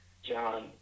John